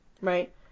right